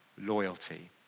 loyalty